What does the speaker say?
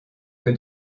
que